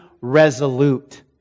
resolute